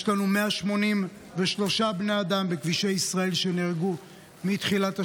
יש לנו 183 בני אדם שנהרגו בכבישי ישראל מתחילת השנה,